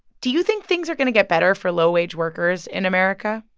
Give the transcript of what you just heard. do you think things are going to get better for low-wage workers in america,